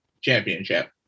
championship